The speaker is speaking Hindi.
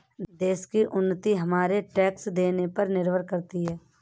देश की उन्नति हमारे टैक्स देने पर निर्भर करती है